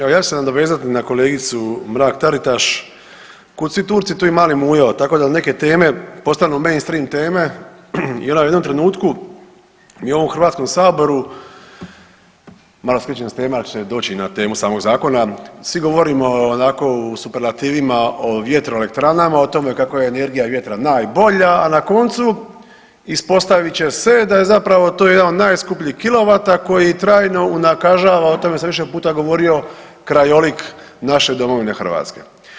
Evo ja ću se nadovezati na kolegicu Mrak-Taritaš, kud svi Turci tu i mali mujo, tako da neke teme postanu mainstream teme i onda u jednom trenutku mi u ovom HS, malo skrećem s teme, ali ću doći i na temu samog zakona, svi govorimo onako u superlativima o vjetroelektranama, o tome kako je energija vjetra najbolja, a na koncu ispostavit će se da je zapravo to jedan od najskupljih kilovata koji trajno unakažava, o tome sam više puta govorio, krajolik naše domovine Hrvatske.